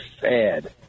sad